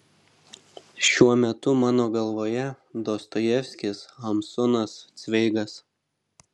šiuo metu mano galvoje dostojevskis hamsunas cveigas